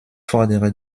fordere